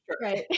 Right